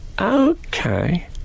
Okay